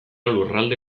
lurralde